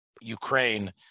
Ukraine